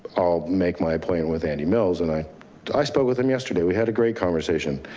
i'll make my plan with andy mills and i i spoke with him yesterday. we had a great conversation.